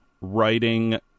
writing